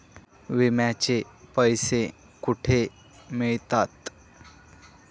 विम्याचे पैसे कुठे मिळतात?